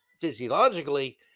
physiologically